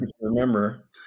remember